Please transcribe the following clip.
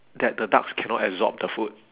that the ducks cannot absorb the food